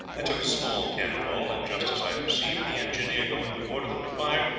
i took a small cannon-ball, and just as i perceived the engineer going to order them to fire,